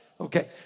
Okay